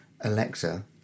Alexa